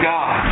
God